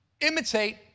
imitate